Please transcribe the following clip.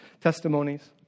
testimonies